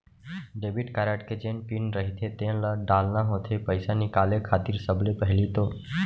debit card के जेन PIN रहिथे तेन ल डालना होथे पइसा निकाले खातिर सबले पहिली तो